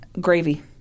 gravy